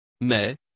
Mais